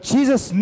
Jesus